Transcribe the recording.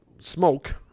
smoke